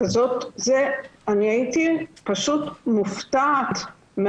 אני הייתי פשוט מופתעת,